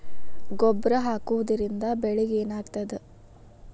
ಗೊಬ್ಬರ ಹಾಕುವುದರಿಂದ ಬೆಳಿಗ ಏನಾಗ್ತದ?